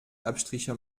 abstriche